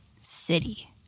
city